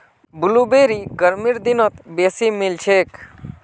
blueberry गर्मीर दिनत बेसी मिलछेक